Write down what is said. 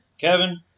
Kevin